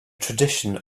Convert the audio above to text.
tradition